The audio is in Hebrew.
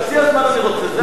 חצי הזמן אני רוצה, זה הכול.